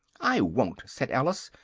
i won't! said alice,